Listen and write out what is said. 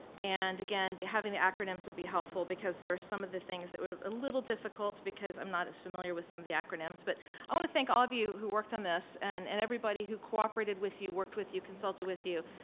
and again having the acronyms would be helpful because there were some of the things that were a little difficult because i'm not as familiar with some of the acronyms. but i want to thank all of you who worked on this and and everybody who cooperated with you, worked with you, consulted with you.